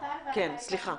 כן, סליחה.